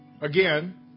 Again